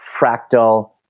fractal